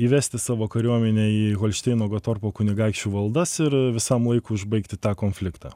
įvesti savo kariuomenę į holšteino gotorpo kunigaikščių valdas ir visam laikui užbaigti tą konfliktą